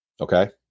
Okay